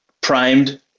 primed